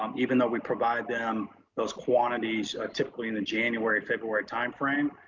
um even though we provide them those quantities, typically in the january, february timeframe,